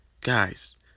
Guys